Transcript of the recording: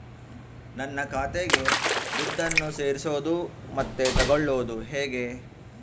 ನನ್ನ ಖಾತೆಗೆ ದುಡ್ಡನ್ನು ಸೇರಿಸೋದು ಮತ್ತೆ ತಗೊಳ್ಳೋದು ಹೇಗೆ?